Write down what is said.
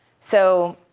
so